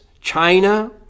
China